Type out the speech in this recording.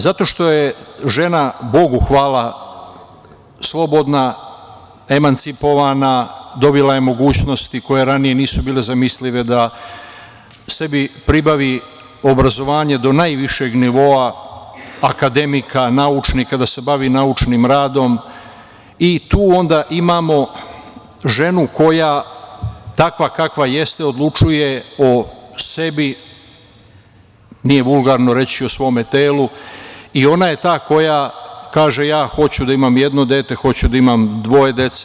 Zato što je žena, Bogu hvala, slobodna, emancipovana, dobila je mogućnosti koje ranije nisu bile zamislive da sebi pribavi obrazovanje do najvišeg nivoa, akademika, naučnika, da se bavi naučnim radom i tu onda imamo ženu koja takva, kakva jeste odlučuje o sebi, nije vulgarno reći o svom telu i ona je ta koja kaže – ja hoću da imam jedno dete, hoću da imam dvoje dece.